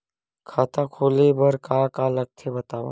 खाता खोले बार का का लगथे बतावव?